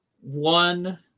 one